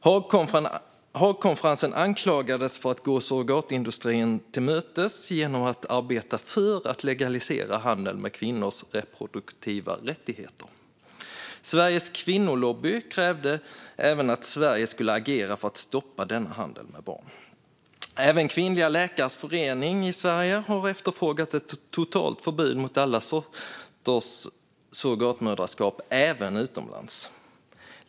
Haagkonferensen anklagades för att gå surrogatindustrin till mötes genom att arbeta för att legalisera handel med kvinnors reproduktiva rättigheter. Sveriges Kvinnolobby krävde att Sverige skulle agera för att stoppa denna handel med barn. Även Sveriges Kvinnliga Läkares Förening har efterfrågat ett totalt förbud mot alla sorters surrogatmoderskap, även utomlands.